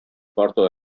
porto